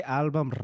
album